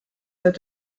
that